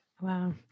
wow